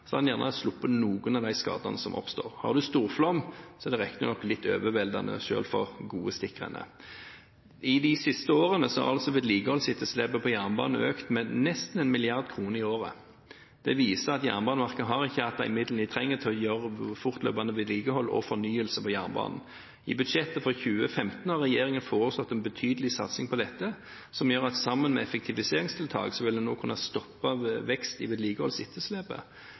gjerne sluppet noen av de skadene som oppstår. Har en storflom, er det riktignok litt overveldende, selv for gode stikkrenner. I de siste årene har vedlikeholdsetterslepet på jernbane økt med nesten 1 mrd. kr i året. Det viser at Jernbaneverket ikke har hatt de midlene de trenger til å gjøre fortløpende vedlikehold og fornyelse på jernbanen. I budsjettet for 2015 har regjeringen foreslått en betydelig satsing på dette, som gjør at en sammen med effektiviseringstiltak også vil kunne stoppe vekst i vedlikeholdsetterslepet.